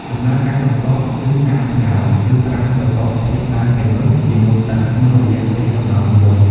ដំណើរការបន្ទាប់គឺការស្ងោរ ឬត្រាំវត្ថុធាតុដើមទាំងនោះជាមួយទឹកក្នុងរយៈពេលកំណត់មួយ។